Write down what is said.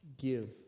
give